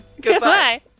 Goodbye